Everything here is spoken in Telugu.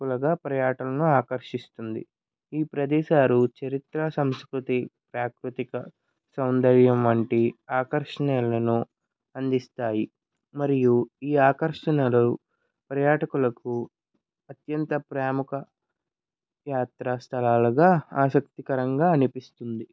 కులగా పర్యాటకులను ఆకర్షిస్తుంది ఈ ప్రదేశాలు చరిత్ర సంస్కృతి ప్రాకృతిక సౌందర్యం వంటి ఆకర్షణలను అందిస్తాయి మరియు ఈ ఆకర్షణలు పర్యాటకులకు అత్యంత ప్రాముఖ్య యాత్రా స్థలాలుగా ఆశక్తికరంగా అనిపిస్తుంది